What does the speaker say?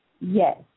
Yes